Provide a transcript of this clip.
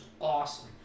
awesome